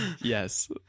Yes